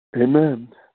Amen